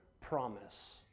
promise